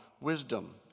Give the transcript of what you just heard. wisdom